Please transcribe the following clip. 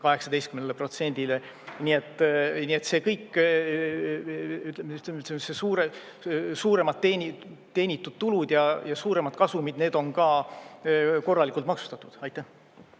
18%-le. Nii et see kõik … Suuremad teenitud tulud ja suuremad kasumid – need on ka korralikult maksustatud.